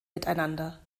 miteinander